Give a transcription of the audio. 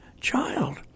child